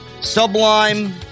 Sublime